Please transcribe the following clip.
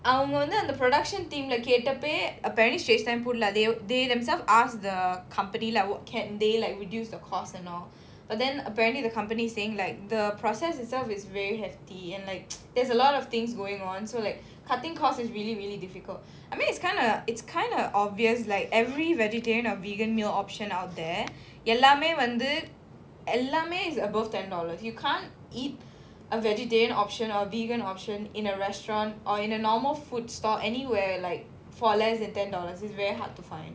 அவங்க வந்து:avanga vanthu the production team leh கேட்டப்பே:kettappavae apparently Straits Times put lah they they themselves asked the company lah can they like reduce the cost and all but then apparently the company is saying like the process itself is very hefty and like there's a lot of things going on so like cutting costs is really really difficult I mean it's kind of it's kind of obvious like every vegetarian or vegan meal option out there எல்லாமே வந்து எல்லாமே:ellaamae vanthu ellaamae it's above ten dollars you can't eat a vegetarian option or a vegan option in a restaurant or in a normal food store anywhere like for less than ten dollars it's very hard to find